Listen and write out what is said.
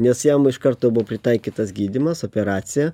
nes jam iš karto buvo pritaikytas gydymas operacija